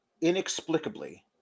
inexplicably